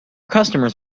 customers